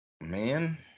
man